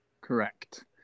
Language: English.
Correct